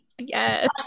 Yes